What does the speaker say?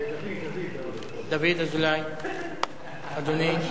דוד אזולאי, אדוני.